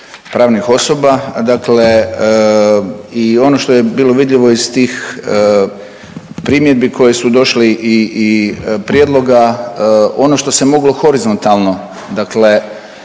pravnih osoba, dakle i ono što je bilo vidljivo iz tih primjedbi koje su došle i, i prijedloga ono što se moglo horizontalno dakle